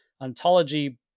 Ontology